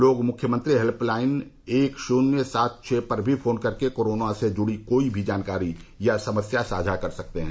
लोग मुख्यमंत्री हेल्पलाइन एक शुन्य सात छ पर भी फोन कर के कोरोना से जुड़ी कोई भी जानकारी या समस्या साझा कर सकते हैं